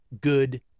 good